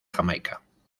jamaica